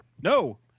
No